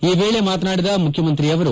ಈ ವೇಳೆ ಮಾತನಾಡಿದ ಮುಖ್ಯಮಂತ್ರಿಯವರು